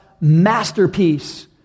masterpiece